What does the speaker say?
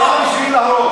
שנורה שלושה כדורים בראש.